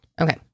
Okay